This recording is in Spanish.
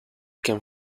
quien